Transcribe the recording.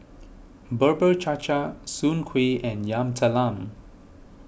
Bubur Cha Cha Soon Kuih and Yam Talam